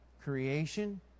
creation